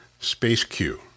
spaceq